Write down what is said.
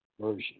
version